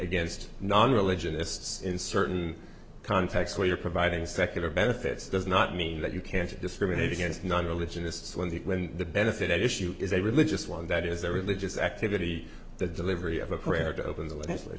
against non religion ists in certain contexts where you're providing secular benefits does not mean that you can't discriminate against non religious when the when the benefit issue is a religious one that is a religious activity the delivery of a prayer to open